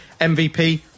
MVP